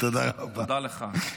תודה לך.